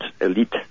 elite